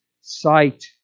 sight